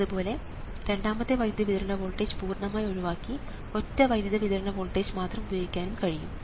അതുപോലെ രണ്ടാമത്തെ വൈദ്യുത വിതരണ വോൾട്ടേജ് പൂർണ്ണമായി ഒഴിവാക്കി ഒറ്റ വൈദ്യുത വിതരണ വോൾട്ടേജ് മാത്രം ഉപയോഗിക്കാനും കഴിയും